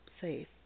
safe